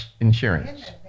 insurance